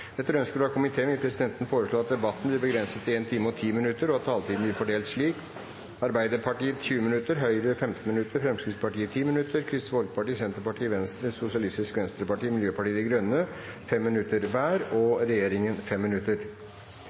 minutter, og at taletiden blir fordelt slik: Arbeiderpartiet 20 minutter, Høyre 15 minutter, Fremskrittspartiet 10 minutter, Kristelig Folkeparti, Senterpartiet, Venstre, Sosialistisk Venstreparti og Miljøpartiet De Grønne 5 minutter hver og 5 minutter til medlemmer av regjeringen.